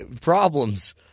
problems